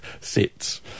sits